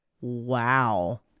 Wow